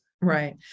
Right